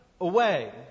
away